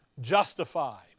justified